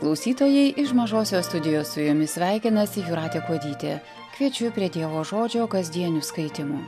klausytojai iš mažosios studijos su jumis sveikinasi jūratė kuodytė kviečiu prie dievo žodžio kasdienių skaitymų